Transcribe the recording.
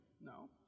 No